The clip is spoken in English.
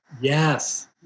Yes